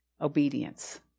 Obedience